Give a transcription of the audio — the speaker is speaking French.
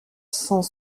cent